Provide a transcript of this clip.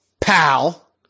pal